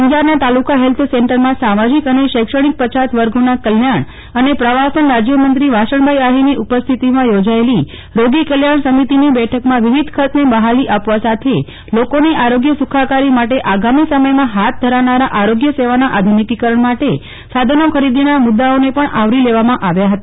અંજારનાં તાલુકા ફેલ્થ સેન્ટરમાં સામાજીક અને શૈક્ષણિક પછાત વર્ગોના કલ્યાણ અને પ્રવાસન રાજ્યમંત્રી વાસણભાઈ આહિરની ઉપસ્થિતિમાં યોજાયેલી રોગી કલ્યાણ સમિતિની બેઠકમાં વિવિધ ખર્ચને બહાલી આપવા સાથે લોકોની આરોગ્ય સુ ખાકારી માટે આગામી સમયમાં હાથ ધરાનારા આરોગ્ય સેવાનાં આધુ નિકરણ માટે સાધનો ખરીદીનાં મુદ્દાઓને પણ આવરી લેવામાં આવ્યાં હતા